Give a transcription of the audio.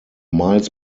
miles